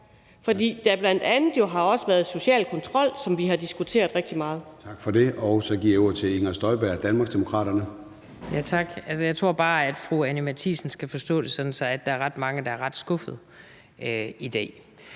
er jo bl.a. også det med social kontrol, som vi har diskuteret rigtig meget.